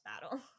battle